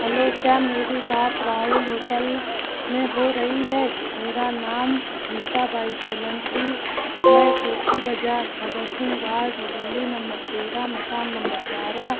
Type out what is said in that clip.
hello क्या मेरी बात राहुल होटल में हो रही है मेरा नाम नीता बाई सोलंकी मैं कोठी बाज़ार भगत सिंग वार्ड गली नम्बर तेरह मकान नम्बर बारह